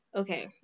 okay